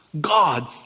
God